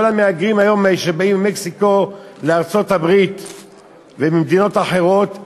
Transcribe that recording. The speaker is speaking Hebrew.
כל המהגרים שבאים היום ממקסיקו וממדינות אחרות לארצות-הברית,